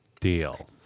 deal